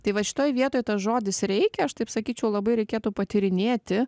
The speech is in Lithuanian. tai va šitoj vietoj tas žodis reikia aš taip sakyčiau labai reikėtų patyrinėti